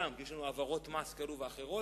כי יש לנו העברות מס כאלה ואחרות,